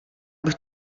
bych